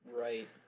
right